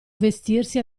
vestirsi